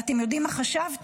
ואתם יודעים מה חשבתי?